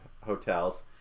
hotels